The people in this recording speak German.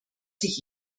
sich